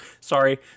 Sorry